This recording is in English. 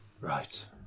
Right